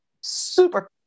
super